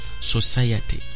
society